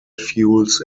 fuels